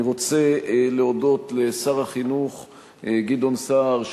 אני רוצה להודות לשר החינוך גדעון סער,